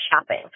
shopping